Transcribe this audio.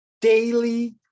daily